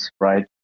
right